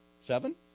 Seven